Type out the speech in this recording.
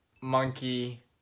Monkey